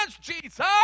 Jesus